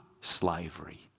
slavery